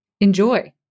enjoy